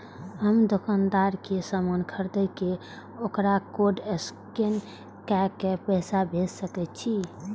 हम दुकानदार के समान खरीद के वकरा कोड स्कैन काय के पैसा भेज सके छिए?